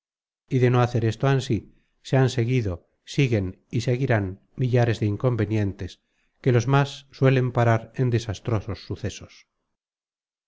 y de no hacer esto ansí se han seguido siguen y seguirán millares de inconvenientes que los más suelen parar en desastrados sucesos